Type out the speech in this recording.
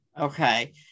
okay